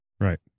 Right